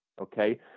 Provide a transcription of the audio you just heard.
Okay